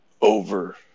over